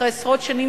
אחרי עשרות שנים,